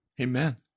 Amen